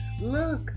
look